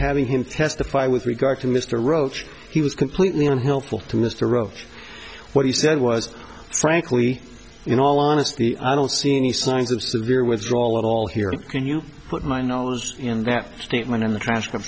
having him testify with regard to mr roach he was completely unhelpful to mr roach what he said was frankly in all honesty i don't see any signs of severe withdrawal at all here can you put my nose in that statement in the trash